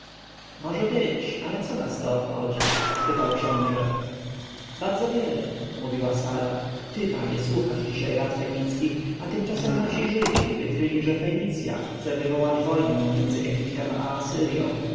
może być ale co nas to obchodzi spytał książę bardzo wiele mówiła sara ty panie słuchasz dzisiaj rad fenickich a tymczasem nasi żydzi wykryli że fenicja chce wywołać wojnę między egiptem i